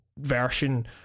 version